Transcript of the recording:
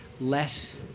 less